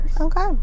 Okay